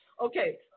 Okay